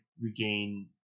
regain